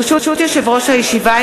ברשות יושב-ראש הישיבה,